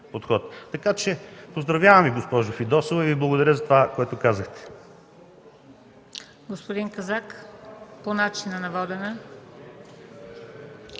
подход. Поздравявам Ви, госпожо Фидосова, и Ви благодаря за това, което казахте.